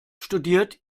studiert